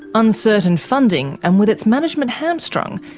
uncertain funding and with its management hamstrung,